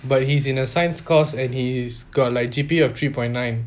but he's in a science course and he's got like G_P_A of three point nine